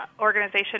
organization